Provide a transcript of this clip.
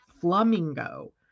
Flamingo